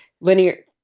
linear